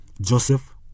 Joseph